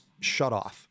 shutoff